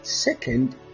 Second